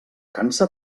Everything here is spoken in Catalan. cansa